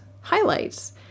highlights